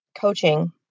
coaching